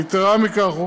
יתרה מזו,